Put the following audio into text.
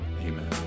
Amen